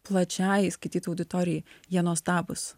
plačiajai skaitytojų auditorijai jie nuostabūs